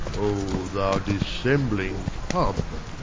o thou dissembling cub!